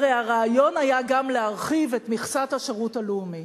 הרי הרעיון היה גם להרחיב את מכסת השירות הלאומי.